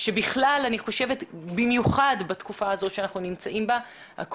יושבי בית זה בכנסת לפקח על כל מי שנמצאים אתנו ב-זום